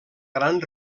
gran